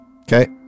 Okay